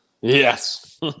Yes